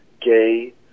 gay